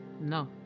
No